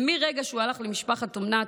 ומרגע שהוא הלך למשפחת אומנה,